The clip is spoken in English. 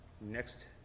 next